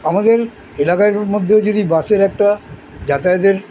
আমাদের এলাকার মধ্যেও যদি বাসের একটা যাতায়াতের